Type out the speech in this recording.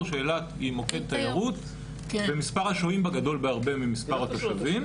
שאילת היא מוקד תיירות ומספר השוהים בה גדול מהרבה ממספר התושבים.